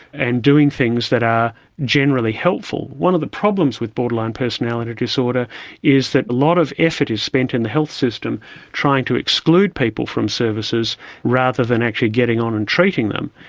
and doing things that are generally helpful. one of the problems with borderline personality disorder is that a lot of effort is spent in the health system trying to exclude people from services rather than actually getting on and treating them.